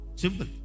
Simple